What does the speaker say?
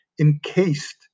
encased